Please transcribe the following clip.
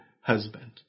husband